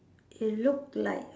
it look like